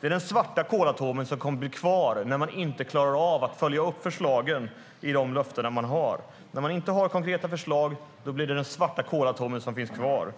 Det är den svarta kolatomen som kommer att bli kvar när man inte klarar av att följa upp förslagen i de löften man har. När man inte har konkreta förslag blir det den svarta kolatomen som finns kvar.